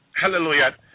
hallelujah